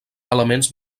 elements